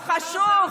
הוא חשוך,